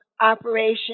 operation